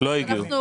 לא מדאיג אתכם